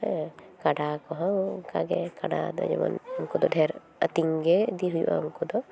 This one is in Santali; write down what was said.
ᱠᱟᱰᱟ ᱠᱚᱦᱚᱸ ᱚᱱᱠᱟᱜᱮ ᱠᱟᱰᱟ ᱫᱚ ᱡᱮᱢᱚᱱ ᱰᱷᱮᱨ ᱟᱹᱛᱤᱧᱜᱮ ᱦᱩᱭᱩᱜᱼᱟ ᱩᱱᱠᱩᱫᱚ